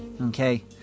okay